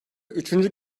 üçüncü